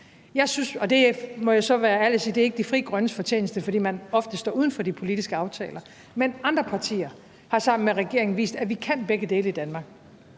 at det ikke er Frie Grønnes fortjeneste, for man står ofte uden for de politiske aftaler, men andre partier har sammen med regeringen vist, at vi kan begge dele i Danmark.